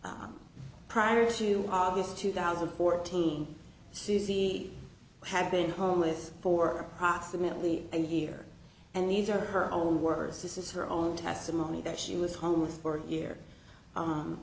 go prior to august two thousand fourteen suzy had been homeless for approximately a year and these are her own words this is her own testimony that she was homeless for a year